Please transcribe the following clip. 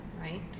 right